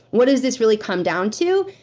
what does this really come down to?